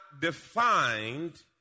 defined